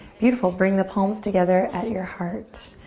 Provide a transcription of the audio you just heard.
beautiful, bring the palms together at your heart.